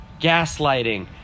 gaslighting